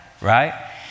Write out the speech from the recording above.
right